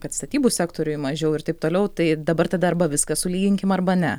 kad statybų sektoriuj mažiau ir taip toliau tai dabar tada arba viską sulyginkim arba ne